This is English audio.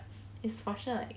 is for sure like